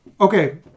Okay